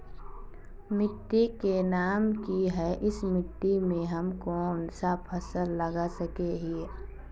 मिट्टी के नाम की है इस मिट्टी में हम कोन सा फसल लगा सके हिय?